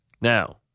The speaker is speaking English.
Now